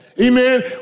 Amen